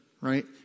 right